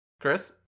Chris